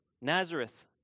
Nazareth